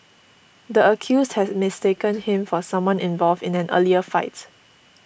the accused had mistaken him for someone involved in an earlier fight